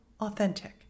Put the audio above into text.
authentic